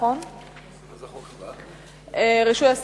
רישוי עסקים?